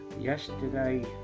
Yesterday